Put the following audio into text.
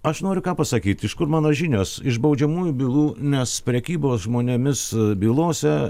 aš noriu pasakyt iš kur mano žinios iš baudžiamųjų bylų nes prekybos žmonėmis bylose